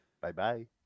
Bye-bye